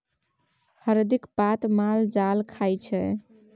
हरदिक पात माल जाल खाइ छै